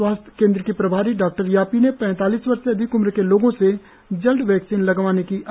स्वास्थ्य केंद्र की प्रभारी डॉ यापी ने पैतालीस वर्ष से अधिक उम्र के लोगों से जल्द वैक्सीन लगवाने की अपील की